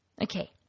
Okay